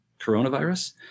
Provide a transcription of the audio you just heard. coronavirus